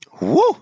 Woo